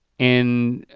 and